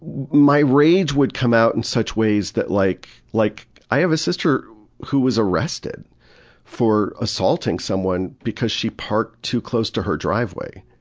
my rage would come out in such ways that like like i have a sister who was arrested for assaulting someone because she parked too close to her driveway.